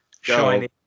shiny